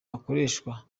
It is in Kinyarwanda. hakoreshwa